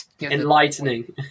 enlightening